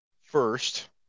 First